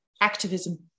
activism